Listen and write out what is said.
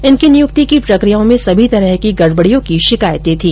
इनकी नियुक्ति की प्रक्रियाओं में सभी तरह की गडबडियों की शिकायत थी